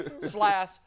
slash